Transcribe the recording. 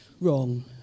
wrong